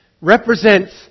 represents